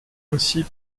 ainsi